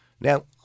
Now